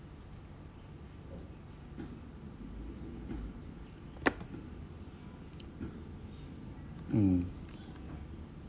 mm